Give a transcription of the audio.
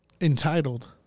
entitled